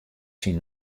syn